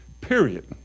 period